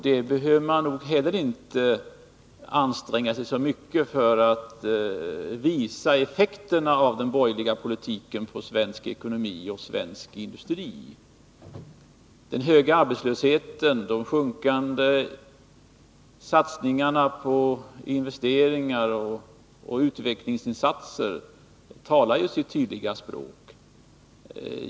Man behöver nog inte heller anstränga sig så mycket för att visa effekterna av den borgerliga politiken på svensk ekonomi och svensk industri. Den höga arbetslösheten, de sjunkande satsningarna på investeringar och utvecklingsinsatser talar ju sitt tydliga språk.